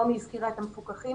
נעמי הזכירה את המפוקחים.